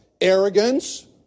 Arrogance